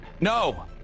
No